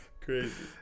Crazy